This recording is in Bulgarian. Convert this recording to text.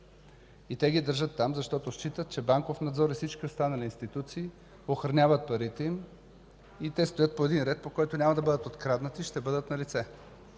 29 банки. Държат ги там, защото считат, че „Банков надзор” и всички останали институции охраняват парите им и те стоят по един ред, по който няма да бъдат откраднати, а ще бъдат налице.